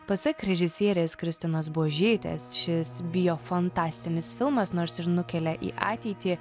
pasak režisierės kristinos buožytės šis biofantastinis filmas nors ir nukelia į ateitį